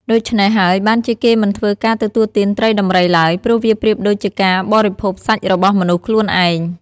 ដូច្នេះហើយបានជាគេមិនធ្វើការទទួលទានត្រីដំរីឡើយ ព្រោះវាប្រៀបដូចជាការបរិភោគសាច់របស់មនុស្សខ្លួនឯង។